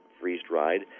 freeze-dried